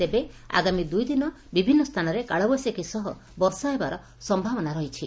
ତେବେ ଆଗାମୀ ଦୁଇଦିନ ବିଭିନ୍ ସ୍ସାନରେ କାଳବୈଶାଖୀ ସହ ବର୍ଷା ହେବାର ସମ୍ଭାବନା ରହିଛି